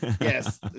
Yes